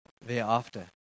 thereafter